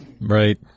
Right